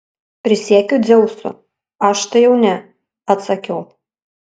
prisiekiu dzeusu aš tai jau ne atsakiau